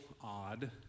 odd